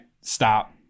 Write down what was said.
stop